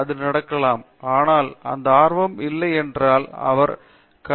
பேராசிரியர் அரிந்தமா சிங் ஆனால் அந்த ஆர்வம் இல்லை என்றால் அவர் கணிதவியலாளராக இருக்க முடியாது